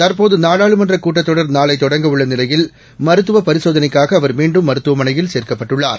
தற்போது நாடாளுமன்றகூட்டத்தொடர்நாளைதொடங்கஉள்ளநிலையி ல் மருத்துவப்பரிசோதனைக்காகஅவர்மீண்டும்மருத்துவம னையில்சேர்க்கப்பட்டுள்ளார்